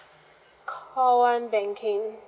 call one banking